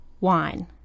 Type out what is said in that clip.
wine